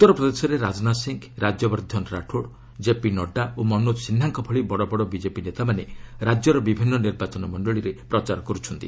ଉତ୍ତର ପ୍ରଦେଶରେ ରାଜନାଥ ସିଂ ରାଜ୍ୟବର୍ଦ୍ଧନ ରାଠୋଡ୍ ଜେପି ନଡ୍ରା ଓ ମନୋକ୍ ସିହ୍ୱାଙ୍କ ଭଳି ବଡ଼ ବଡ଼ ବିଜେପି ନେତାମାନେ ରାଜ୍ୟର ବିଭିନ୍ନ ନିର୍ବାଚନ ମଣ୍ଡଳୀରେ ପ୍ରଚାର କରୁଛନ୍ତି